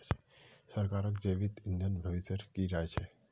सरकारक जैविक ईंधन भविष्येर की राय छ